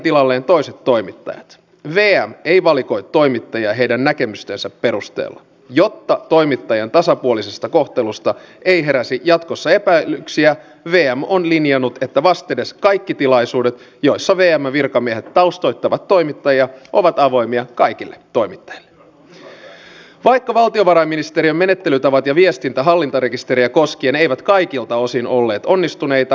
kun tulee kuitenkin sellaisia henkilöitä jotka eivät tule turvapaikkaa saamaan heitä voi olla melko suurikin joukko niin pidän hyvänä sitä käytäntöä että me avaisimme näitä palautuskeskuksia joissa teemme virkamiehet taustoittavat toimittajia ovat avoimia he sitten majoittuisivat valvotuissa oloissa ja tämä prosessi saataisiin vietyä läpi hallitusti ja hillitysti